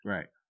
Right